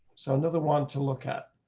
so another one to look at.